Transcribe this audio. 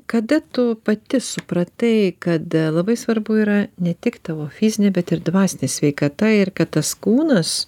kada tu pati supratai kad labai svarbu yra ne tik tavo fizinė bet ir dvasinė sveikata ir kad tas kūnas